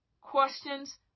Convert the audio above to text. Questions